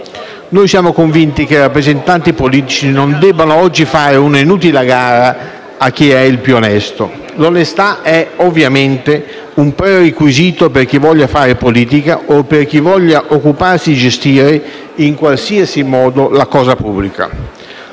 Noi siamo convinti che i rappresentanti politici non debbano oggi fare una inutile gara a chi è il più onesto. L'onestà è, ovviamente, un prerequisito per chi voglia fare politica o per chi voglia occuparsi di gestire, in qualsiasi modo, la cosa pubblica.